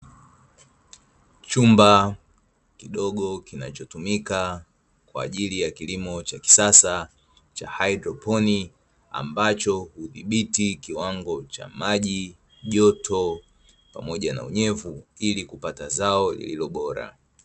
Chumba kidogo kinachotumika kwa ajili ya kilimo cha kisasa cha haidroponi, ambacho hudhibiti kiwango cha maji, joto pamoja na unyevu, ili kupata zao lililo bora.